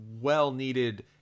well-needed